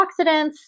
antioxidants